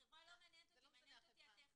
החברה לא מעניינת אותי, תגידי לי מה הטכניקה.